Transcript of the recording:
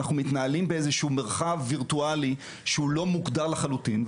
אנחנו מתנהלים באיזשהו מרחב וירטואלי שהוא לא מוגדר לחלוטין,